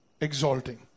exalting